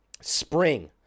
spring